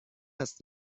است